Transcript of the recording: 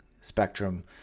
spectrum